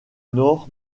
nord